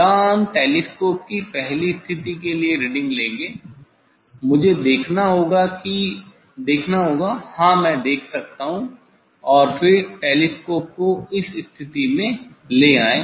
यहाँ हम टेलीस्कोप की पहली स्थिति के लिए रीडिंग लेंगे मुझे देखनी होगी हाँ मैं देख सकता हूँ और फिर टेलीस्कोप को इस स्थिति में ले आएं